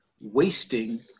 wasting